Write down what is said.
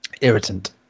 irritant